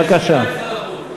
בבקשה.